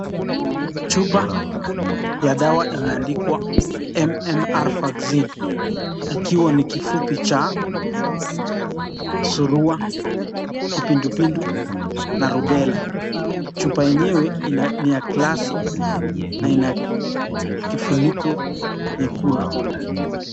Chupa ya dawa imeandikwa MMR Vaccine ikiwa ni kifupi cha surua, kipindupindu na rubela. Chupa yenyewe ni ya glasi na ina kifuniko nyekundu.